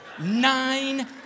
Nine